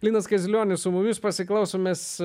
linas kaziulionis su mumis pasiklausomas